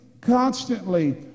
constantly